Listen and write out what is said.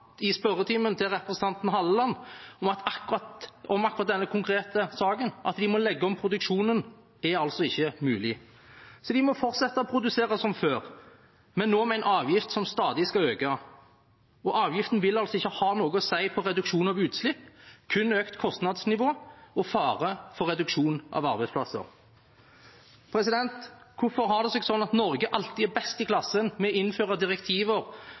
i spørretimen til representanten Halleland om akkurat denne konkrete saken, at de må legge om produksjonen, er altså ikke mulig. De må fortsette å produsere som før, men nå med en avgift som stadig skal øke. Avgiften vil altså ikke ha noe å si for reduksjon av utslipp – kun økt kostnadsnivå og fare for reduksjon av arbeidsplasser. Hvorfor har det seg sånn at Norge alltid er best i klassen med å innføre direktiver